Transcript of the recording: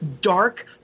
dark